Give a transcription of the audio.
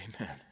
Amen